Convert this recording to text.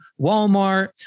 Walmart